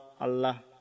Allah